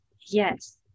Yes